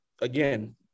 again –